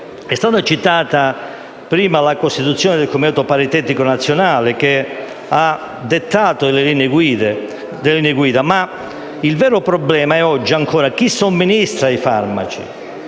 È stata citata prima la costituzione del Comitato paritetico nazionale che ha dettato delle linee guida, ma oggi il vero problema è ancora quello di trovare chi somministra i farmaci.